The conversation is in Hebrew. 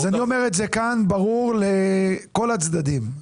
אני אומר את זה כאן ברור לכל הצדדים.